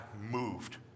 moved